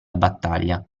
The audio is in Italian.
battaglia